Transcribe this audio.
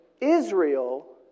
Israel